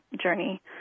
journey